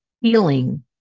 healing